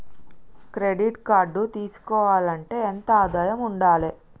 Credit card తీసుకోవాలంటే ఎంత ఆదాయం ఉండాలే?